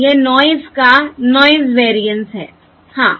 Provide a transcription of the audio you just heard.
यह नॉयस का noise variance है हाँ